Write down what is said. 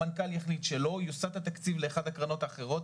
המנכ"ל יחליט שלא יוסט התקציב לאחת הקרנות האחרות.